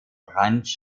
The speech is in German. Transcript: orange